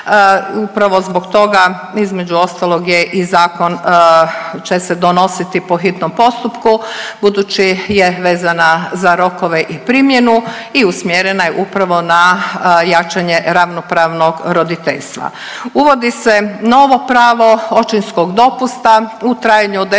Upravo zbog toga između ostalog je i zakon će se donositi po hitnom postupku budući je vezana za rokove i primjenu i umjerena je upravo na jačanje ravnopravnog roditeljstva. Uvodi se novo pravo očinskog dopusta u trajanju od